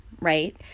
Right